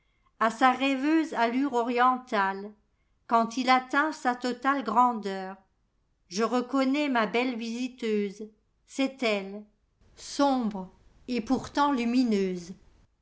splendeura sa rêveuse allure orientale quand il atteint sa totale grandeur je reconnais ma belle visiteuse c'est elle i sombre et pourtant lumineuse